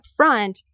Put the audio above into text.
upfront